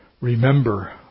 Remember